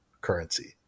currency